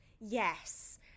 Yes